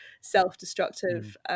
self-destructive